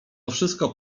wszystko